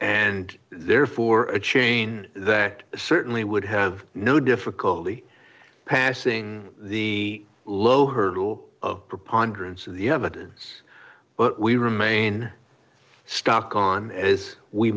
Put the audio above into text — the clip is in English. and therefore a chain that certainly would have no difficulty passing the low hurdle of propounder and the evidence but we remain stuck on as we